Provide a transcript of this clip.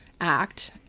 act